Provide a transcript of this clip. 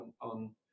on